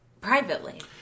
privately